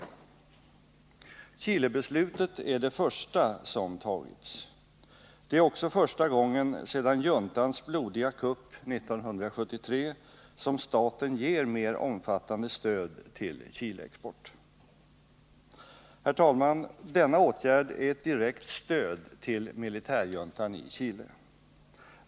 Chilebeslutet är det första som har fattats. Det är också första gången sedan juntans blodiga kupp 1973 som staten ger mer omfattande stöd till 5 Chileexport. Herr talman! Denna åtgärd är ett direkt stöd till militärjuntan i Chile.